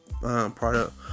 Product